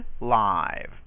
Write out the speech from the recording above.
live